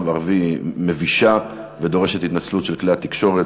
ערבי מבישה ודורשת התנצלות של כלי התקשורת.